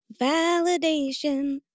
Validation